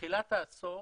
בתחילת העשור